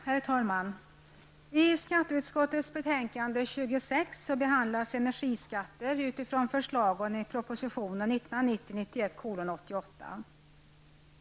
Herr talman! I skatteutskottets betänkande nr 26 behandlas energiskatter utifrån förslag från proposition 1990/91:88.